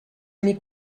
many